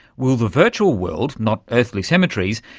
will the virtual world, not earthly cemeteries,